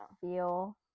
feel